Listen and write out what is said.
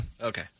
Okay